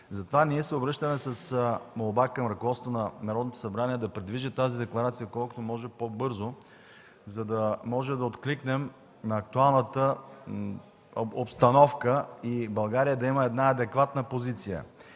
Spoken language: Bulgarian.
Затова ние се обръщаме с молба към ръководството на Народното събрание да придвижи тази декларация колкото може по-бързо, за да можем да откликнем на актуалната обстановка и България да има една адекватна позиция,